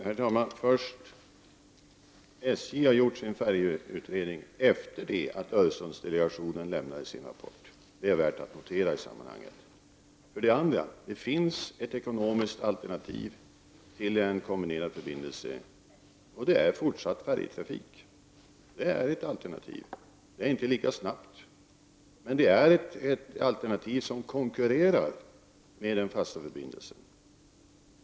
Herr talman! För det första: SJ har gjort sin färjeutredning efter det att Öresundsdelegationen lämnat sin rapport. Det är värt att notera i sammanhanget. För det andra: Det finns ett ekonomiskt alternativ för en kombinerad förbindelse, och det är fortsatt färjetrafik. Det är inte lika snabbt, men det är ett alternativ som konkurrerar med den fasta förbindelsen.